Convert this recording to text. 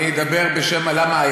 אני אדבר, למה?